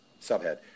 subhead